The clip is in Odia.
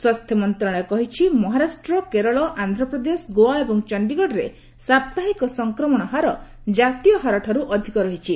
ସ୍ୱାସ୍ଥ୍ୟ ମନ୍ତ୍ରଣାଳୟ କହିଛି ମହାରାଷ୍ଟ୍ର କେରଳ ଆନ୍ଧ୍ରପ୍ରଦେଶ ଗୋଆ ଏବଂ ଚଣ୍ଡୀଗଡ଼ରେ ସାପ୍ତାହିକ ସଂକ୍ରମଣ ହାର ଜାତୀୟ ହାରଠାରୁ ଅଧିକ ରହିଛି